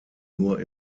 nur